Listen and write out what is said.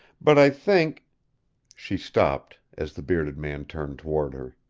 but i think she stopped as the bearded man turned toward her.